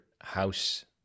house